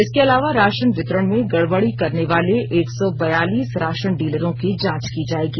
इसके अलावा राशन वितरण में गड़बड़ी करने वाले एक सौ बयालीस राशन डीलरों की जांच की जाएगी